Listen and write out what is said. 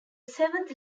seventh